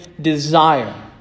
desire